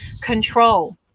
control